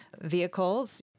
vehicles